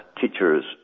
teachers